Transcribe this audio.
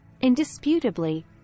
Indisputably